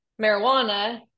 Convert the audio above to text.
marijuana